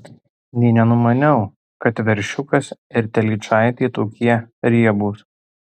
nė nenumaniau kad veršiukas ir telyčaitė tokie riebūs